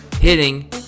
Hitting